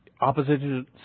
opposition